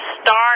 start